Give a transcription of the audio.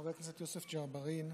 חבר הכנסת יוסף ג'בארין,